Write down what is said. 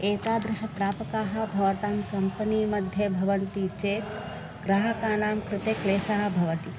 एतादृशप्रापकाः भवतां कम्पनी मध्ये भवन्ति चेत् ग्राहकानां कृते क्लेशः भवति